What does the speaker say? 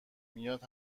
میاد